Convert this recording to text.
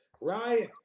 Ryan